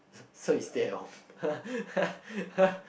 so you stay at home